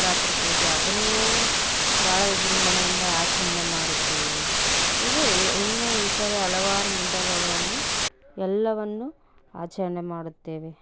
ನವರಾತ್ರಿ ಪೂಜೆ ಅದನ್ನೂ ಭಾಳ ವಿಜೃಂಭಣೆಯಿಂದ ಆಚರಣೆ ಮಾಡುತ್ತೇವೆ ಇದೇ ಇದ್ ಇನ್ನು ಈ ಥರ ಹಲವಾರು ಮುಂತಾದವುಗಳನ್ನು ಎಲ್ಲವನ್ನು ಆಚರಣೆ ಮಾಡುತ್ತೇವೆ